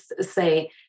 say